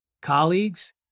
colleagues